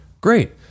great